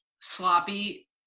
sloppy